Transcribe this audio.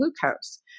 glucose